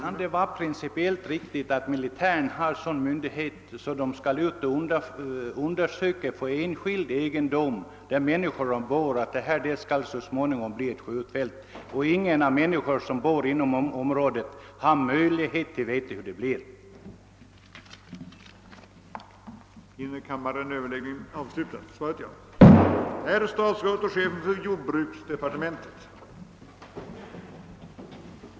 Kan det vara principiellt riktigt att de militära myndigheterna har sådana befogenheter att de skall kunna föreslå att enskilda egendomar så småningom skall bli skjutfält, fastän ingen av de människor som bor inom området har möjlighet att få veta när detta skall ske?